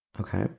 Okay